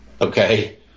Okay